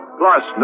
plus